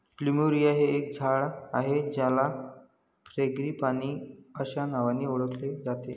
plumeria हे एक झाड आहे ज्याला फ्रँगीपानी अस्या नावानी ओळखले जाते